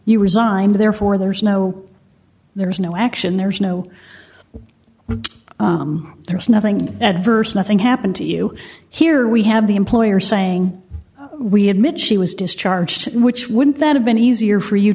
you resigned therefore there's no there's no action there's no there's nothing at st nothing happened to you here we have the employer saying we admit she was discharged which wouldn't that have been easier for you